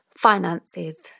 finances